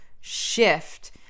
shift